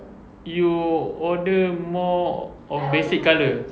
you order more of basic colour